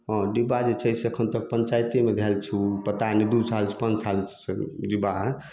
हँ डिब्बा जे छै से एखन तक पंचायतेमे धएल छै ओ पता नहि दू साल पाॅंच साल सऽ डिब्बा